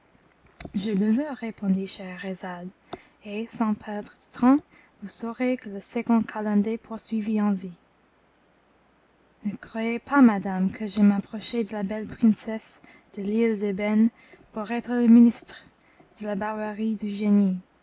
je le veux répondit scheherazade et sans perdre de temps vous saurez que le second calender poursuivit ainsi ne croyez pas madame que je m'approchai de la belle princesse de l'île d'ébène pour être le ministre de la barbarie du génie